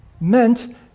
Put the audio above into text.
meant